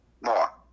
More